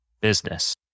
business